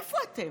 איפה אתם?